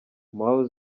mao